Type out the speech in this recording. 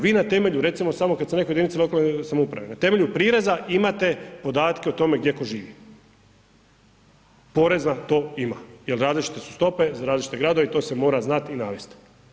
Vi na temelju recimo samo kada se nekoj jedinici lokalne samouprave na temelju prireza imate podatke o tome gdje ko živi, Porezna to ima jel različite su stope za različite gradove i to se mora znati i navesti.